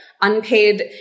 unpaid